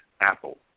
Apple